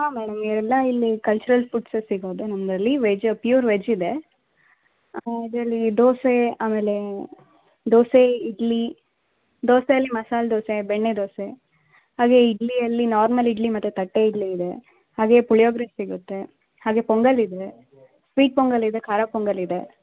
ಹಾಂ ಮೇಡಮ್ ಎಲ್ಲ ಇಲ್ಲಿ ಕಲ್ಚರಲ್ ಫುಡ್ಸೇ ಸಿಗೋದು ನಮ್ಮಲ್ಲಿ ವೆಜ್ ಪ್ಯೂರ್ ವೆಜ್ ಇದೆ ಹಾಂ ಅದರಲ್ಲಿ ದೋಸೆ ಆಮೇಲೆ ದೋಸೆ ಇಡ್ಲಿ ದೋಸೆಯಲ್ಲಿ ಮಸಾಲೆ ದೋಸೆ ಬೆಣ್ಣೆ ದೋಸೆ ಹಾಗೇ ಇಡ್ಲಿಯಲ್ಲಿ ನಾರ್ಮಲ್ ಇಡ್ಲಿ ಮತ್ತು ತಟ್ಟೆ ಇಡ್ಲಿ ಇದೆ ಹಾಗೇ ಪುಳಿಯೋಗರೆ ಸಿಗುತ್ತೆ ಹಾಗೇ ಪೊಂಗಲ್ ಇದೆ ಸ್ವೀಟ್ ಪೊಂಗಲ್ ಇದೆ ಖಾರ ಪೊಂಗಲ್ ಇದೆ